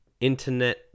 internet